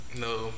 No